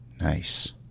Nice